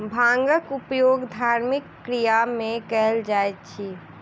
भांगक उपयोग धार्मिक क्रिया में कयल जाइत अछि